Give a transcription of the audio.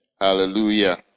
Hallelujah